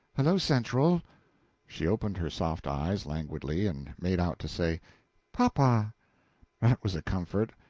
hello-central. she opened her soft eyes languidly, and made out to say papa. that was a comfort.